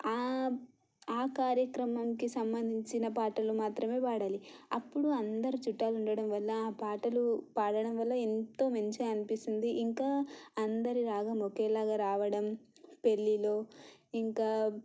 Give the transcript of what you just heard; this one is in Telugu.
ఆ కార్యక్రమంకి సంబంధించిన పాటలు మాత్రమే పాడాలి అప్పుడు అందరు చుట్టాలు ఉండడం వల్ల ఆ పాటలు పాడడం వల్ల ఎంతో మంచిగా అనిపిస్తుంది ఇంకా అందరి రాగం ఒకేలాగా రావడం పెళ్ళిలో ఇంకా